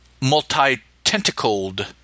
multi-tentacled